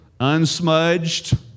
unsmudged